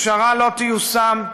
הפשרה לא תיושם.